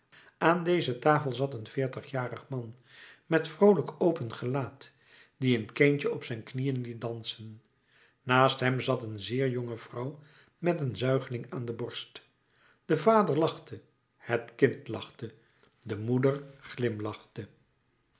aan deze tafel zat een veertigjarig man met vroolijk open gelaat die een kindje op zijn knieën liet dansen naast hem zat een zeer jonge vrouw met een zuigeling aan de borst de vader lachte het kind lachte de moeder glimlachte